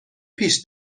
پیش